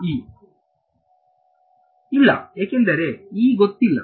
ವಿದ್ಯಾರ್ಥಿ E ಇಲ್ಲ ಏಕೆಂದರೆ ನನಗೆ ಗೊತ್ತಿಲ್ಲ